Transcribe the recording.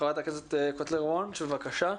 חברת הכנסת קוטלר וונש, בבקשה.